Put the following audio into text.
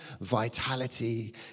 vitality